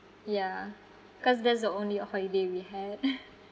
yeah cause that's the only uh holiday we had